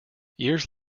years